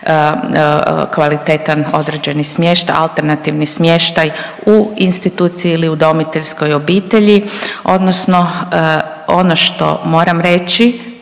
kvalitetan određeni smještaj, alternativni smještaj u instituciji ili u udomiteljskoj obitelji odnosno ono što moram reći